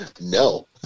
No